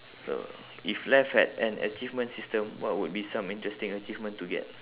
so if life had an achievement system what would be some interesting achievement to get